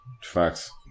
Facts